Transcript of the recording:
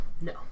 No